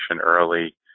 early